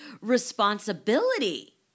responsibility